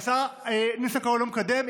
שהשר ניסנקורן לא מקדם,